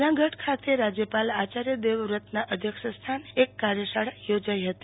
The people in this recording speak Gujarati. જુનાગઢ ખાતે રાજપાલ આચાર્ય દેવવ્રતના અધ્યક્ષસ્થાને એક કાર્યશાળા યોજાઈ હતી